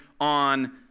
on